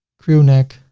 crew neck.